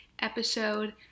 episode